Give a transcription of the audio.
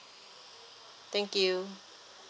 thank you